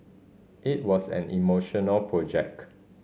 it was an emotional project